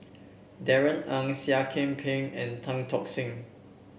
Darrell Ang Seah Kian Peng and Tan Tock Seng